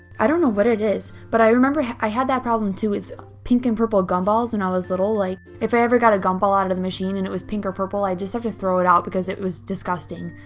i don't know what it is, but i remember i had that problem too with pink and purple gum balls when i was little like if i ever got a gum ball out of the machine and it was pink or purple, i'd just have to throw it out because it was disgusting,